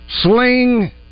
sling